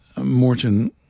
Morton